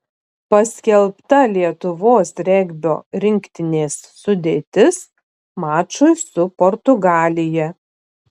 paskelbta lietuvos regbio rinktinės sudėtis mačui su portugalija